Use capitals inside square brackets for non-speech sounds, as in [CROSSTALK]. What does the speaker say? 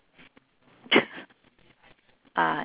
[NOISE] ah